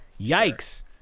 yikes